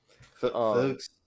Folks